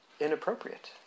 inappropriate